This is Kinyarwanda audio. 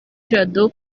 jado